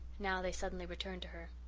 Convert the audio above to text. now they suddenly returned to her.